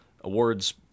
awards